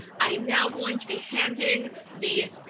i am now going to be handing the